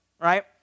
right